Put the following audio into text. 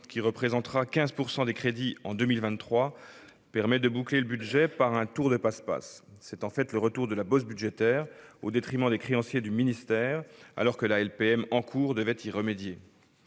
qui représentera 15 % des crédits en 2023, permet de boucler le budget par un tour de passe-passe. C'est en fait le retour de la « bosse budgétaire », au détriment des créanciers du ministère alors que la LPM en cours devait y remédier.